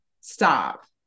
stop